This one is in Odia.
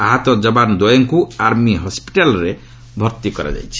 ଆହତ ଯବାନଦ୍ୱୟଙ୍କୁ ଆର୍ମି ହସ୍କିଟାଲ୍ରେ ଭର୍ତ୍ତି କରାଯାଇଛି